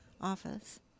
office